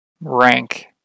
rank